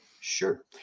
Sure